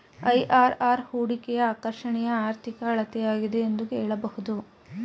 IRR ಹೂಡಿಕೆಯ ಆಕರ್ಷಣೆಯ ಆರ್ಥಿಕ ಅಳತೆಯಾಗಿದೆ ಎಂದು ಹೇಳಬಹುದು